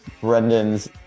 Brendan's